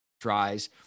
tries